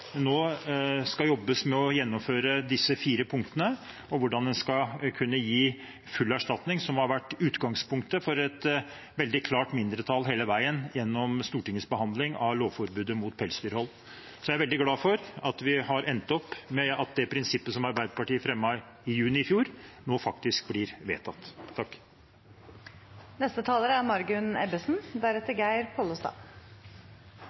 en skal kunne gi full erstatning – noe som har vært utgangspunktet for et veldig klart mindretall hele veien gjennom Stortingets behandling av lovforbudet mot pelsdyrhold. Jeg er veldig glad for at vi har endt opp med at det prinsippet som Arbeiderpartiet fremmet i juni i fjor, nå faktisk blir vedtatt.